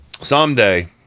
Someday